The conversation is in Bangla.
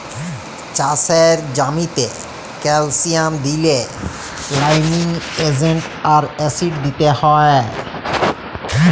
চাষের জ্যামিতে ক্যালসিয়াম দিইলে লাইমিং এজেন্ট আর অ্যাসিড দিতে হ্যয়